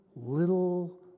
little